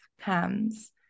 comes